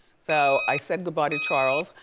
so i said goodbye to charles,